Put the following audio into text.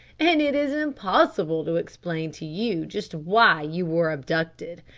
and it is impossible to explain to you just why you were abducted.